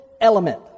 element